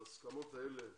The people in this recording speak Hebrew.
ההסכמות האלה